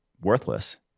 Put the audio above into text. worthless